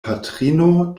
patrino